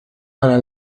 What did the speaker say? para